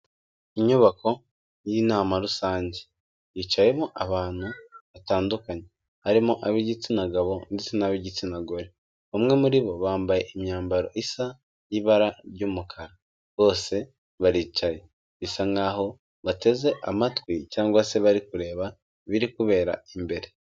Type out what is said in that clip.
Inyubako y'inama rusange yicayemo abantu batandukanye barimo ab'igitsina gabo ndetse n'ab'igitsina gore, bamwe muri bo bambaye imyambaro isa y'ibara ry'umukara, bose baricaye bisa nk'aho bateze amatwi cyangwa se bari kureba ibiri kubera imbere.